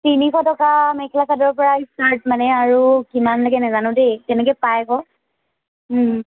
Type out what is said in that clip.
তিনিশ টকা মেখেলা চাদৰৰ পৰা ষ্টাৰ্ট মানে আৰু কিমানলৈকে নেজানো দেই তেনেকৈ পায় আকৌ